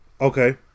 Okay